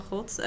God